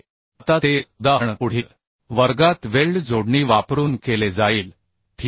आता तेच उदाहरण पुढील वर्गात वेल्ड जोडणी वापरून केले जाईल ठीक आहे